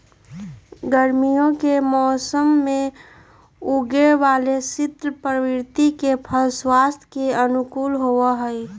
गर्मीया के मौसम्मा में उगे वाला शीतल प्रवृत्ति के फल स्वास्थ्य के अनुकूल होबा हई